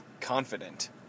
confident